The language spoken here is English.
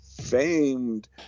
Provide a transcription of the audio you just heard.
famed